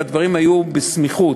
והדברים היו בסמיכות,